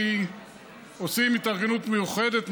כי עושים התארגנות מיוחדת,